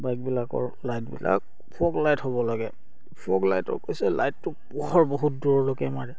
বাইকবিলাকৰ লাইটবিলাক fog light হ'ব লাগে ফগ লাইটৰ কৈছে লাইটটো পোহৰ বহুত দূৰলৈকে মাৰে